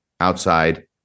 outside